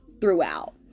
throughout